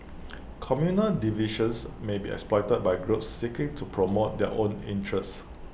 communal divisions may be exploited by groups seeking to promote their own interests